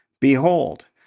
Behold